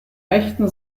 rechten